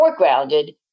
foregrounded